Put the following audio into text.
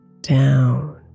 down